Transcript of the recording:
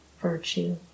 virtue